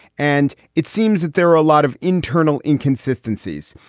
and it seems that there are a lot of internal inconsistencies.